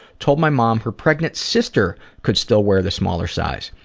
told my mom her pregnant sister could still wear the smaller size.